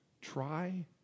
Try